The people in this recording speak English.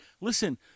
Listen